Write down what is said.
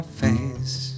face